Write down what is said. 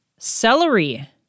Celery